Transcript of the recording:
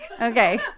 okay